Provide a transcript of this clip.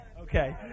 Okay